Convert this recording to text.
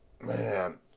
Man